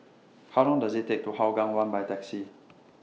How Long Does IT Take to get to Hougang one By Taxi